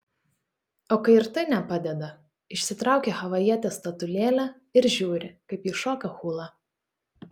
o kai ir tai nepadeda išsitraukia havajietės statulėlę ir žiūri kaip ji šoka hulą